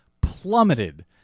plummeted